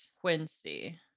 Quincy